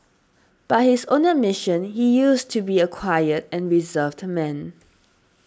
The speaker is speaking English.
by his own admission he used to be a quiet and reserved man